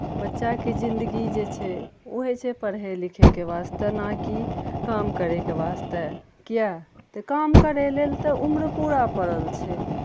बच्चाके जिन्दगी जे छै ओ होइ छै पढ़ै लिखैके वास्ते नहि कि काम करैके वास्ते किए तऽ काम करै लेल तऽ उम्र पूरा पड़ल छै